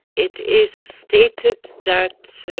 it is stated that,